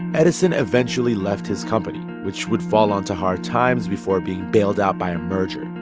edison eventually left his company, which would fall onto hard times before being bailed out by a merger.